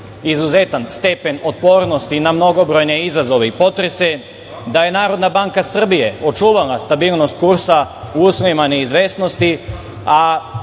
izuzetan stepen otpornosti na mnogobrojne izazove i potrese, da je Narodna banka Srbije očuvala stabilnost kursa usred neizvesnosti,